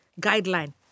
guideline